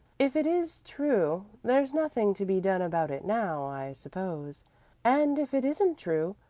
if it is true there's nothing to be done about it now, i suppose and if it isn't true,